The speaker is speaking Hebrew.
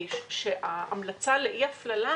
ההמלצה לאי הפללה